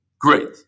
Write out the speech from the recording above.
Great